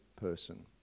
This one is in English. person